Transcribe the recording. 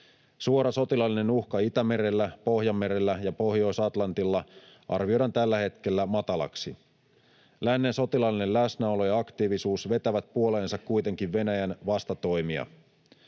Suora sotilaallinen uhka Itämerellä, Pohjanmerellä ja Pohjois-Atlantilla arvioidaan tällä hetkellä matalaksi. Lännen sotilaallinen läsnäolo ja aktiivisuus vetävät puoleensa kuitenkin Venäjän vastatoimia.